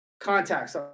contacts